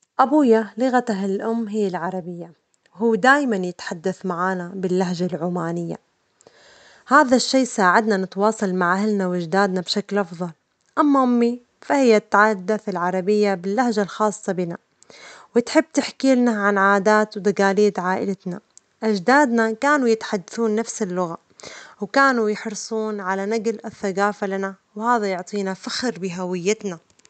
أبويا لغته الأم هي العربية، هو دائمًا يتحدث معنا باللهجة العمانية، هذا الشيء ساعدنا نتواصل مع أهلنا وأجدادنا بشكل أفضل، أما أمي فهي تتحدث العربية باللهجة الخاصة بنا، وتحب تحكي لنا عن عادات و تجاليد عائلتنا، أجدادنا كانوا يتحدثون نفس اللغة، وكانوا يحرصون على نجل الثجافة لنا، وهذا يعطينا فخر بهويتنا.